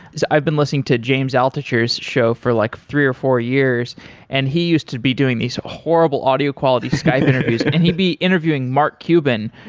i've been listening to james altucher s show for like three or four years and he used to be doing these horrible audio quality, skype interviews, and he'd be interviewing mark cuban,